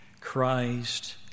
Christ